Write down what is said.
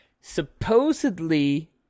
supposedly